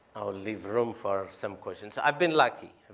i'll leave room for some questions. i've been lucky,